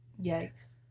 Yikes